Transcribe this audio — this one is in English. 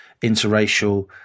interracial